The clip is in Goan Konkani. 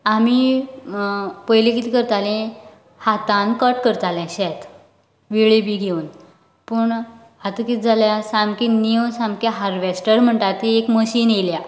आमी पयलीं कित करताली हातान कट करताले शेत वेळी बी घेवून पूण आतां कितें जाला सामके नीव सामके हारवॅस्टर म्हणटा ती मशीन येयल्या